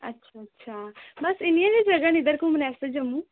अच्छा अच्छा बस इन्नियां गै जगह न इद्धर घुमने आस्तै जम्मू